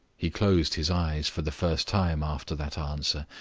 he closed his eyes for the first time after that answer,